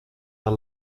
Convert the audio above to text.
der